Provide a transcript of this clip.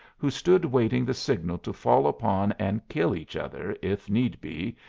who stood waiting the signal to fall upon and kill each other, if need be,